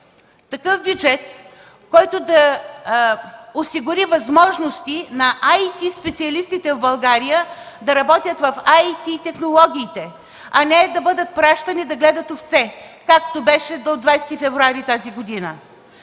такъв бюджет, който да осигури възможности на IT-специалистите в България да работят в IT-технологиите, а не да бъдат пращани да гледат овце, както беше до 20 февруари тази година.